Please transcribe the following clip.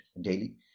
daily